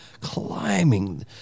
climbing